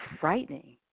frightening